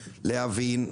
להבין.